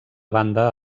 banda